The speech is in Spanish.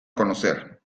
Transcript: conocer